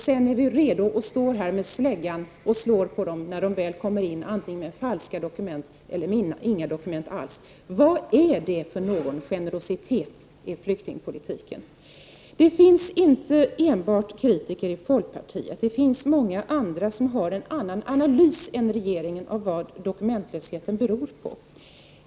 Sedan är vi redo och står här med släggan och slår på dem, när de väl kommer in antingen med falska dokument eller med inga dokument alls. Vad är det för generositet i flyktingpolitiken? Kritiker finns inte enbart i folkpartiet. Det finns många som har en annan analys än regeringen av vad dokumentlösheten beror på.